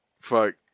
Fuck